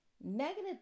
Negative